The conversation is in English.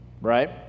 right